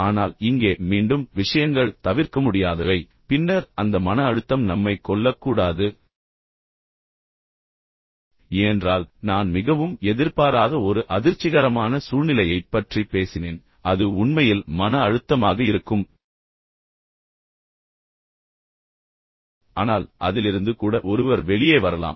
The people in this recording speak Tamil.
ஆனால் இங்கே மீண்டும் விஷயங்கள் தவிர்க்க முடியாதவை பின்னர் அந்த மன அழுத்தம் நம்மைக் கொல்லக்கூடாது ஏனென்றால் நான் மிகவும் எதிர்பாராத ஒரு அதிர்ச்சிகரமான சூழ்நிலையைப் பற்றி பேசினேன் அது உண்மையில் மன அழுத்தமாக இருக்கும் ஆனால் அதிலிருந்து கூட ஒருவர் வெளியே வரலாம்